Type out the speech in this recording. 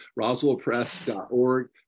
Roswellpress.org